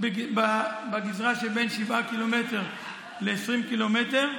בגזרה שבין 7 ל-20 קילומטר,